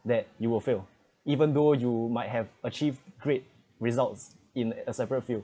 that you will fail even though you might have achieved great results in a separate field